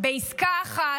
בעסקה אחת,